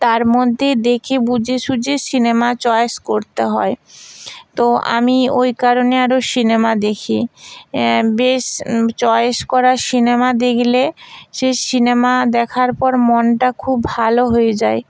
তার মদ্যে দেখে বুঝে শুজে সিনেমা চয়েস করতে হয় তো আমি ওই কারণে আরও সিনেমা দেখি বেশ চয়েস করা সিনেমা দেখলে সে সিনেমা দেখার পর মনটা খুব ভালো হয়ে যায়